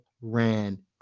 ran